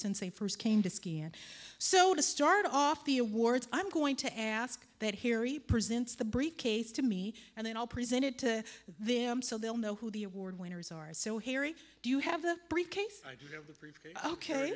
since they first came to ski and so to start off the awards i'm going to ask that harry present the briefcase to me and then all presented to them so they'll know who the award winners are so harry do you have the